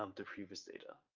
um the previous data,